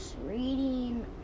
Reading